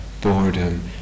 boredom